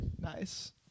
Nice